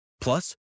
Plus